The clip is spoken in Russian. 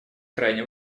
крайне